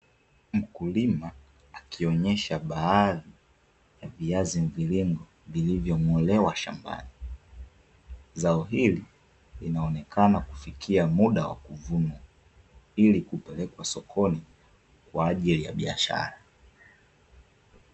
Mkulima akionyesha baadhi ya viazi mviringo vilivyong'olewa shambani, zao hili linaonekana kufikia muda wa kuvunwa ilikupelekwa sokoni kwa ajili ya biashara.